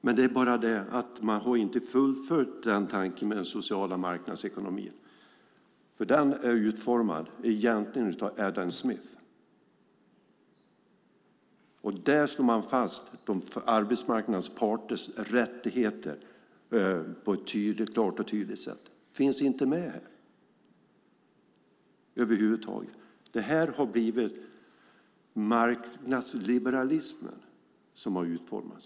Men man har inte fullföljt tanken med den sociala marknadsekonomin. Den är egentligen utformad av Adam Smith. Där slår man fast arbetsmarknadens parters rättigheter på ett klart och tydligt sätt. Det finns inte med här över huvud taget. Det har blivit marknadsliberalism som har utformats.